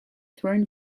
thrown